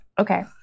Okay